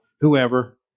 whoever